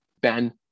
Ben